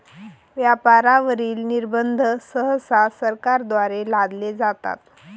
व्यापारावरील निर्बंध सहसा सरकारद्वारे लादले जातात